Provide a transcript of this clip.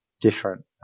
different